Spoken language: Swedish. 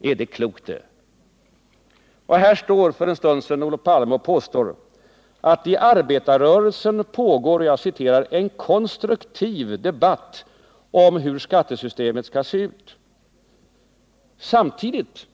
Är det klokt? Här stod för en stund sedan Olof Palme och påstod att det i arbetarrörelsen pågår ”en konstruktiv debatt om hur skattesystemet skall se ut”. Samtidigt